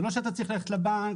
זה לא שאתה צריך ללכת לבנק,